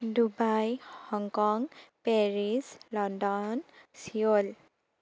Dubai Hong Kong Paris London Seoul